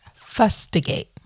fustigate